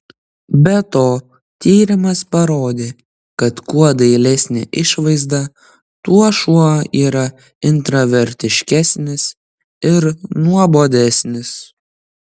be to tyrimas parodė kad kuo dailesnė išvaizda tuo šuo yra intravertiškesnis ir nuobodesnis